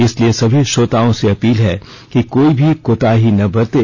इसलिए सभी श्रोताओं से अपील है कि कोई भी कोताही ना बरतें